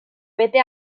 bete